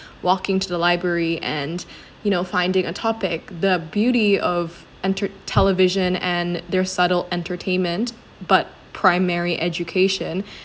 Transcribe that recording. walking to the library and you know finding a topic the beauty of entered television and their subtle entertainment but primary education